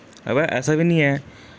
अबा ऐसा बी निं ऐ